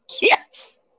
Yes